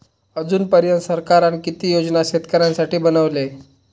अजून पर्यंत सरकारान किती योजना शेतकऱ्यांसाठी बनवले?